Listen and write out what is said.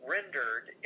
rendered